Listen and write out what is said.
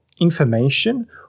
information